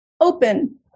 open